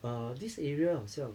err this area 好像